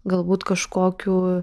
galbūt kažkokių